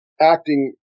acting